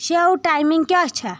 شَو timing کیاہ چھےٚ ؟